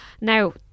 Now